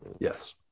Yes